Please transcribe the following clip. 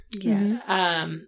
Yes